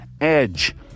edge